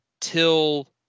till